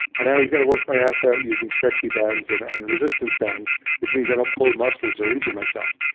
and now he's going to work my ass out using stretchy bands and and resistance bands which means i don't pull muscles or injure myself.